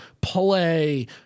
play